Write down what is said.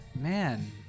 man